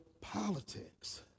politics